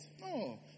No